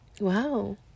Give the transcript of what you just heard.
wow